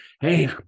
Hey